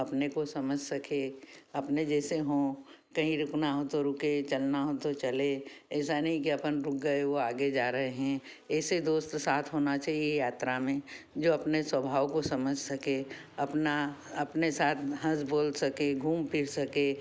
अपने को समझ सके अपने जैसे हों कहीं रुकना हो तो रुकें चलना हो तो चलें ऐसा नहीं कि अपन रुक गए वो आगे जा रहे हैं ऐसे दोस्त साथ होना चाहिए यात्रा में जो अपने स्वभाव को समझ सकें अपना अपने साथ हँस बोल सके घूम फिर सके